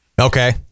Okay